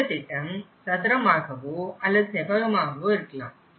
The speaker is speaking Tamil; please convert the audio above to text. இந்த திட்டம் சதுரமாகவோ அல்லது செவ்வகமாகவோ இருக்கலாம்